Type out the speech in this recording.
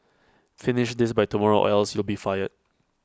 finish this by tomorrow or else you'll be fired